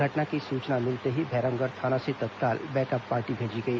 घटना की सुचना मिलते ही भैरमगढ़ थाना से तत्काल बैकअप पार्टी भेजी गई